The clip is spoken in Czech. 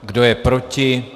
Kdo je proti?